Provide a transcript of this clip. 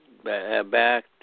Back